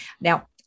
Now